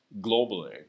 globally